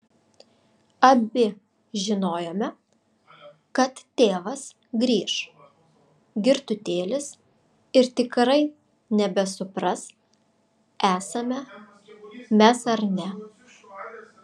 abi žinojome kad tėvas grįš girtutėlis ir tikrai nebesupras esame mes ar ne